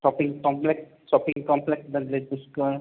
shopping complex shopping complex बनलेत पुष्कळ